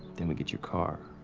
then we get your car?